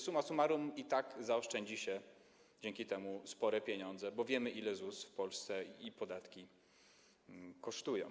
Summa summarum i tak zaoszczędzi się dzięki temu spore pieniądze, bo wiemy, ile w Polsce ZUS i podatki kosztują.